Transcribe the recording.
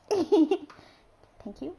thank you